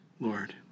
Lord